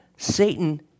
Satan